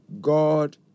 God